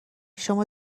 شما